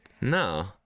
No